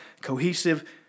cohesive